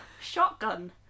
shotgun